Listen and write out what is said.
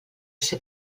ser